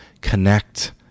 connect